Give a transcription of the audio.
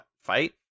fight